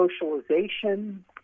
socialization